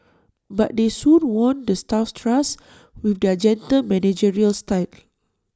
but they soon won the staff's trust with their gentle managerial style